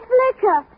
Flicker